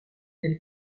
elle